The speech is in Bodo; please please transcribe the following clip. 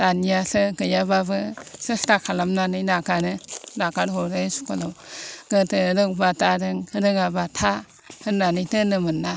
दानियासो गैयाब्लाबो सेस्था खालामनानै हगारो हगारहरो स्कुलाव गोदो रोंबा दारों रोङाब्ला था होननानै दोनोमोन ना